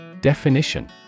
Definition